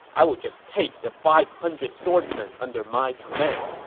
i will just take the five hundred swordsmen under my command,